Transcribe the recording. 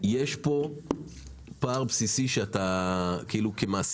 יש פה פער בסיסי שאתה כמעסיק,